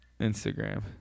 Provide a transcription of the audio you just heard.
Instagram